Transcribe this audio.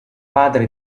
padre